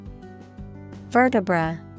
Vertebra